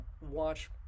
watch